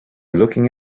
looking